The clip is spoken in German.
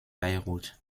beirut